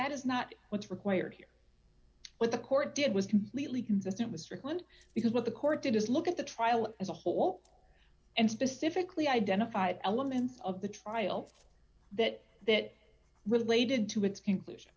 that is not what's required here what the court did was completely consistent with strickland because what the court did is look at the trial as a whole and specifically identified elements of the trial that that related to its conclusion